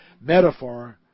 metaphor